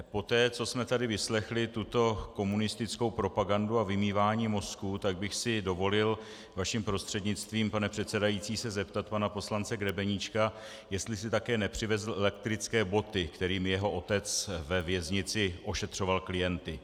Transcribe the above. Poté, co jsme tady vyslechli tuto komunistickou propagandu a vymývání mozků, tak bych si dovolil vaším prostřednictvím, pane předsedající, se zeptat pana poslance Grebeníčka, jestli si také nepřivezl elektrické boty, kterými jeho otec ve věznici ošetřoval klienty.